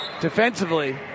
defensively